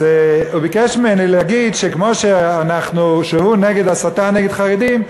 אז הוא ביקש ממני להגיד שכמו שהוא נגד הסתה נגד חרדים,